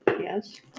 yes